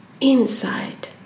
inside